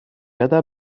other